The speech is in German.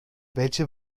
welche